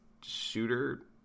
shooter